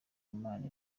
imana